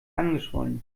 angeschwollen